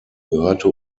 gehörte